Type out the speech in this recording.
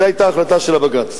זו היתה ההחלטה של בג"ץ.